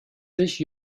sich